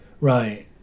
Right